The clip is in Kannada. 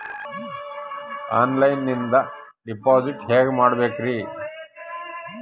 ಆನ್ಲೈನಿಂದ ಡಿಪಾಸಿಟ್ ಹೇಗೆ ಮಾಡಬೇಕ್ರಿ?